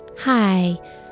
Hi